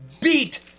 beat